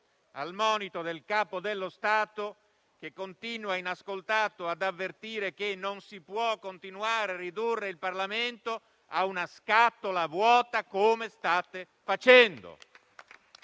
al monito del Capo dello Stato, che continua, inascoltato, ad avvertire che non si può continuare a ridurre il Parlamento ad una scatola vuota come state facendo.